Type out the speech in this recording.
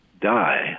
die